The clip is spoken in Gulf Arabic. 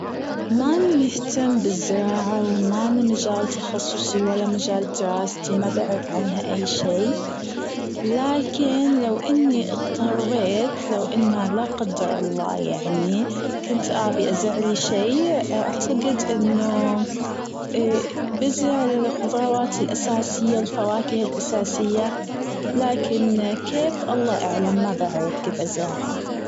ماني مهتم بالزراعة ومانا مجال تخصصي ولا مجال دراستي ما بعرف عنها أي شيء، لكن لو أني اضطريت لو أنها لا قدر الله يعني كنت أبي أزرع لي شيء أعتقد أنه بزرع الخضروات الأساسية الفواكه الأساسية، لكن كيف؟ الله اعلم، ما بعرف كيف أزرعها.